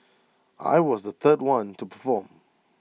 I was the third one to perform